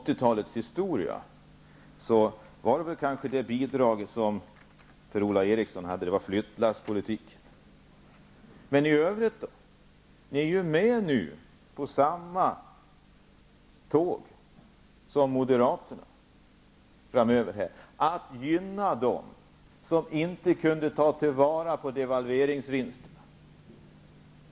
talets historia handlade om flyttlasspolitik. Men i övrigt då? Ni är ju nu med på samma tåg som Moderaterna -- ni vill gynna dem som inte kunde ta vara på devalveringsvinsterna.